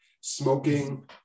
smoking